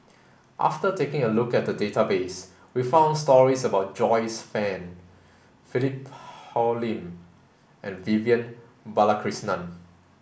after taking a look at the database we found stories about Joyce Fan Philip Hoalim and Vivian Balakrishnan